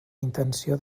intenció